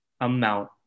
amount